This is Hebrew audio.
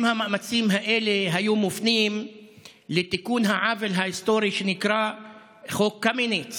אם המאמצים האלה היו מופנים לתיקון העוול ההיסטורי שנקרא חוק קמיניץ